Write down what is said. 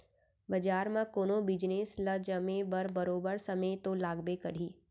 बजार म कोनो बिजनेस ल जमे बर बरोबर समे तो लागबे करही